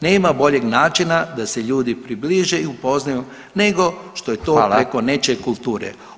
Nema boljeg načina da se ljudi približe i upoznaju nego što je to [[Upadica Radin: Hvala.]] preko nečije kultura.